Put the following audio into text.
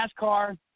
NASCAR